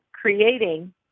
creating